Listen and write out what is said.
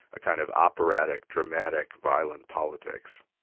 a kind of operatic, dramatic, violent politics.